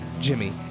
Jimmy